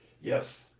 Yes